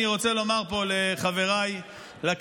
אני רוצה לומר פה לחבריי לכנסת,